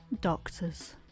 Doctors